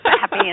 Happy